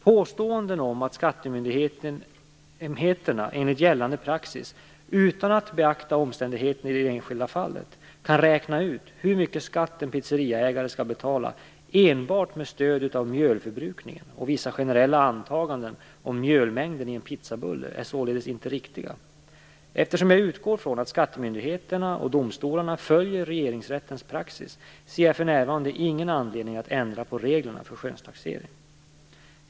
Påståenden om att skattemyndigheterna enligt gällande praxis - utan att beakta omständigheterna i det enskilda fallet - kan räkna ut hur mycket skatt en pizzeriaägare skall betala enbart med stöd av mjölförbrukningen och vissa generella antaganden om mjölmängden i en pizzabulle är således inte riktiga. Eftersom jag utgår från att skattemyndigheterna och domstolarna följer Regeringsrättens praxis ser jag för närvarande ingen anledning att ändra på reglerna för skönstaxering.